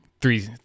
three